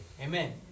Amen